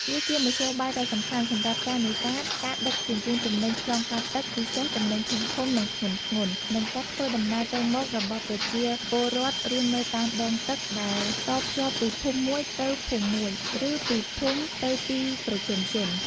វាជាមធ្យោបាយដ៏សំខាន់សម្រាប់ការ នេសាទ ការ ដឹកជញ្ជូនទំនិញឆ្លងកាត់ទឹក ពិសេសទំនិញធំៗ និងធ្ងន់ៗ និងការ ធ្វើដំណើរទៅមករបស់ប្រជាពលរដ្ឋរស់នៅតាមដងទឹក ដែលតភ្ជាប់ពីភូមិមួយទៅភូមិមួយ ឬពីភូមិទៅទីប្រជុំជន ។